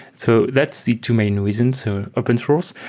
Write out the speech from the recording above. so that's the two main reasons. so open source,